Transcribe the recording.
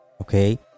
Okay